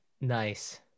Nice